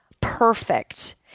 perfect